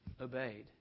obeyed